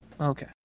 okay